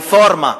ברפורמה,